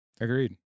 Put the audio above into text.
Agreed